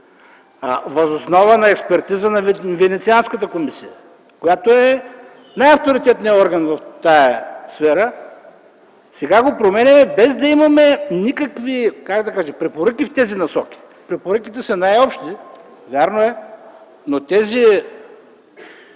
въз основа на експертиза на Венецианската комисия, която е най-авторитетният орган в тази сфера. Сега го променяме, без да имаме никакви, как да кажа, препоръки в тези насоки. Препоръките са най-общи, вярно е, но тези